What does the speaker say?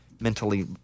mentally